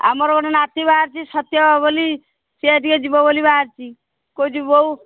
ଆମର ଗୋଟେ ନାତି ବାହାରିଛି ସତ୍ୟ ବୋଲି ସିଏ ଟିକେ ଯିବ ବୋଲି ବାହାରିଛି କହୁଛି ବୋଉ